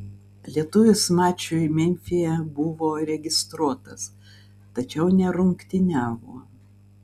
lietuvis mačui memfyje buvo registruotas tačiau nerungtyniavo